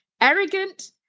arrogant